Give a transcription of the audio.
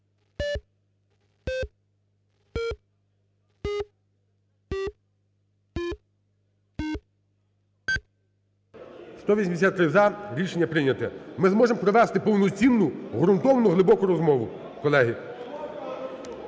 За-183 Рішення прийняте. Ми зможемо провести повноцінну, ґрунтовну, глибоку розмову, колеги.